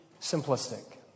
simplistic